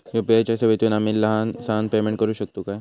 UPI च्या सेवेतून आम्ही लहान सहान पेमेंट करू शकतू काय?